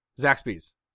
Zaxby's